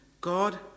God